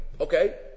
Okay